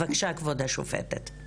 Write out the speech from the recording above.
בבקשה, כבוד השופטת.